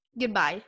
Goodbye